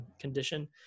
condition